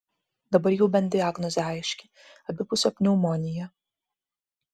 dabar jau bent diagnozė aiški abipusė pneumonija